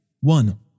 one